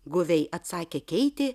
guviai atsakė keitė